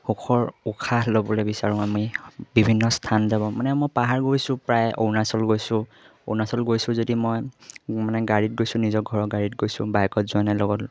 সুখৰ উশাহ ল'বলৈ বিচাৰোঁ আমি বিভিন্ন স্থান যাব মানে মই পাহাৰ গৈছোঁ প্ৰায় অৰুণাচল গৈছোঁ অৰুণাচল গৈছোঁ যদি মই মানে গাড়ীত গৈছোঁ নিজৰ ঘৰৰ গাড়ীত গৈছোঁ বাইকত যোৱা নাই লগত